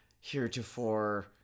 heretofore